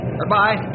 goodbye